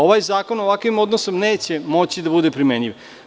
Ovaj zakon ovakvim odnosom neće moći da bude primenljiv.